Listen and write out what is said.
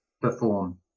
perform